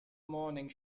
morning